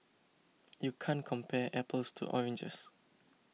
you can't compare apples to oranges